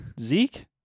Zeke